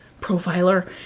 profiler